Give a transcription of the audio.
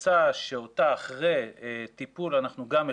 צוהריים טובים לכולם.